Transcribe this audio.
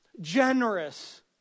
generous